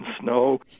snow